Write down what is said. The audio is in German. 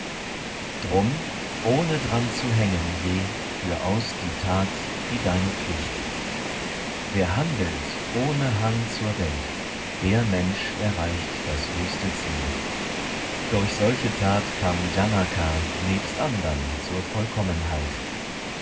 drum ohne dran zu hängen je führ aus die tat die deine pflicht wer handelt ohne hang zur welt der mensch erreicht das höchste ziel durch solche tat kam janaka nebst andern zur vollkommenheit